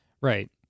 Right